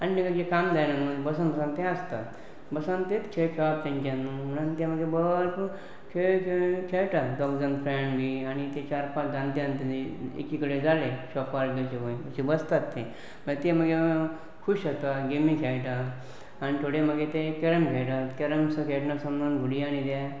आनी तेकाचें काम जायनाना न्हू बसोन बसोन तें आसतात बसोन तेंत खेळ खेळप तेंच्यांनी न्हू म्हणोन ते मागी भरपूर खेळ खेळ खेळटात दोग जाण फ्रेंड बी आनी ते चार पांच जाण ते एकी कडेन जालें शॉपार बी अशे खंयी बसतात ते थंय काय ते मागी खूश जातात गेमी खेळटा आनी थोडे मागीर ते कॅरम खेळटात कॅरम सुद्दां खेळटना समज घुली आनी ते